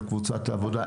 בנושא של קבוצת העבודה,